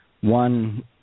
one